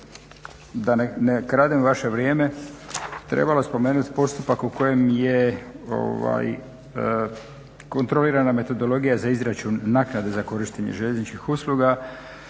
da ne kradem vaše vrijeme, trebalo spomenut postupak u kojem je kontrolirana metodologija za izračun naknade za korištenje željezničkih usluga.